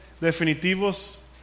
definitivos